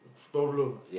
problem